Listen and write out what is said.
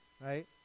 right